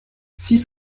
six